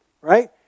right